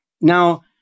Now